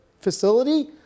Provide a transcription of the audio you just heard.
facility